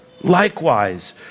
Likewise